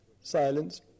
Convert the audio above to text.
silence